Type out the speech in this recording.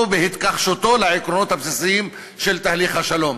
ובהתכחשותו לעקרונות הבסיסיים של תהליך השלום.